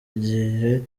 igihe